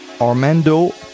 Armando